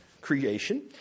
creation